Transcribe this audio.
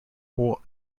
coal